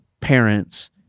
parents